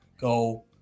go